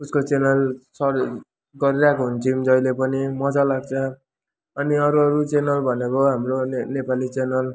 उसको channel search गरिरहेको हुन्छौँ जहिले पनि मजा लाग्छ अनि अरू अरू च्यानल भनेको हाम्रो नेपाली च्यानल